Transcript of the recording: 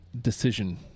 decision